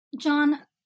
John